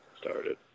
started